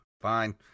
fine